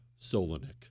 Solonik